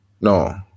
No